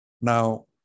Now